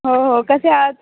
हो हो कसे आहात